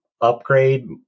upgrade